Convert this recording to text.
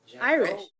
Irish